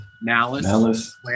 malice